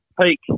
peak